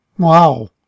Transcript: Wow